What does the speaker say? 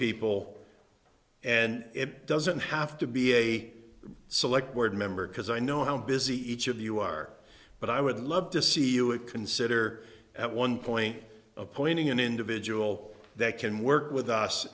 people and it doesn't have to be a select board member because i know how busy each of you are but i would love to see you and consider at one point appointing an individual that can work with us